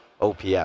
OPS